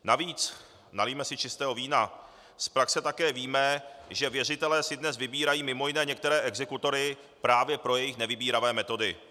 Navíc, nalijme si čistého vína, z praxe také víme, že věřitelé si dnes vybírají mj. některé exekutory právě pro jejich nevybíravé metody.